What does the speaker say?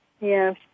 Yes